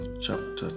chapter